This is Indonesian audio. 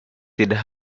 tidak